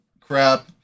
crap